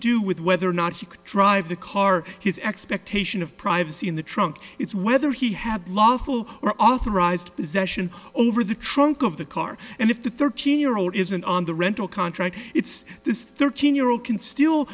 do with whether or not he can drive the car his expectation of privacy in the trunk it's whether he had lawful or authorized possession over the trunk of the car and if the thirteen year old isn't on the rental contract it's this thirteen year old can st